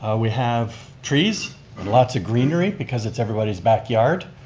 ah we have trees and lots of greenery, because it's everybody's backyard.